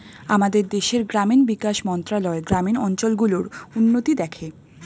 আমাদের দেশের গ্রামীণ বিকাশ মন্ত্রণালয় গ্রামীণ অঞ্চল গুলোর উন্নতি দেখে